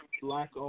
black